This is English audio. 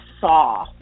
saw